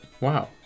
Wow